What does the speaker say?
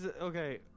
okay